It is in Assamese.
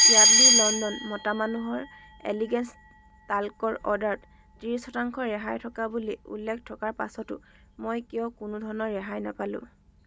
য়াৰ্ডলী লণ্ডন মতা মানুহৰ এলিগেন্স টাল্কৰ অৰ্ডাৰত ত্ৰিছ শতাংশ ৰেহাই থকা বুলি উল্লেখ থকাৰ পাছতো মই কিয় কোনোধৰণৰ ৰেহাই নাপালোঁ